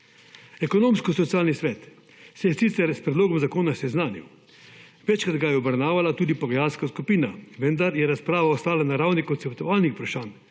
Ekonomsko-socialni svet se je sicer s predlogom zakona seznanil. Večkrat ga je obravnavala tudi pogajalska skupina, vendar je razprava ostala na ravni konceptualnih vprašanj,